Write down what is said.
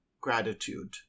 gratitude